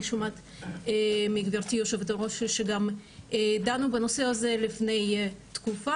אני שומעת מגברתי יושבת הראש שגם דנו בנושא הזה לפני תקופה,